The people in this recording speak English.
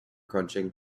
crunching